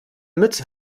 mütze